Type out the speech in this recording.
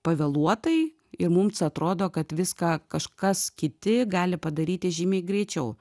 pavėluotai ir mums atrodo kad viską kažkas kiti gali padaryti žymiai greičiau